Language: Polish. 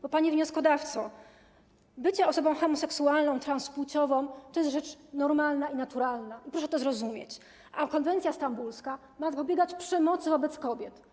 Bo, panie wnioskodawco, bycie osobą homoseksualną, transpłciową to jest rzecz normalna i naturalna - proszę to zrozumieć - a konwencja stambulska ma zapobiegać przemocy wobec kobiet.